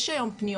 יש היום פניות.